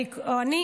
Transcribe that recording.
ולכבאים.